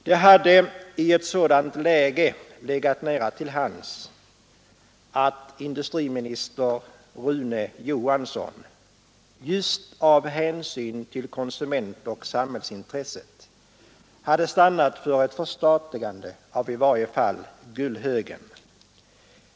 Det hade i ett sådant läge legat nära till hands att industriminister Rune Johansson — just av hänsyn till konsumentoch samhällsintresset — hade stannat för ett förstatligande av i varje fall Gullhögen.